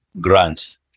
grant